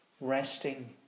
resting